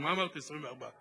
34, מה אמרתי 24?